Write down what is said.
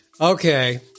okay